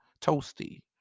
toasty